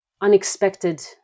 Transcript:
unexpected